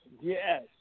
yes